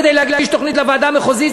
כדי להגיש תוכנית לוועדה המחוזית,